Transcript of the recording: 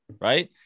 right